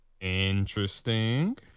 Interesting